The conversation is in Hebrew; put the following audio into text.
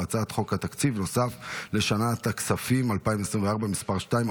והצעת חוק תקציב נוסף לשנת הכספים 2024 (מס' 2),